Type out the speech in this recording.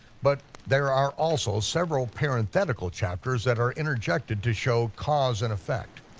but there are also several parenthetical chapters that are interjected to show cause and effect.